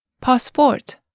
Passport